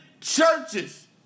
churches